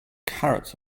carrots